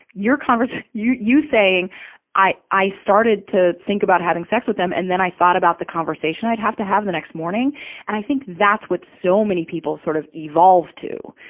your conversa, you, you saying i, i started to think about having sex with them, and then i thought about the conversation i'd have to have the next morning? and i think that's what so many people sort of evolve to,